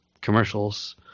commercials